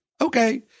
Okay